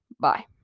Bye